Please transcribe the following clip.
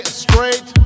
straight